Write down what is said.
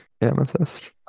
Amethyst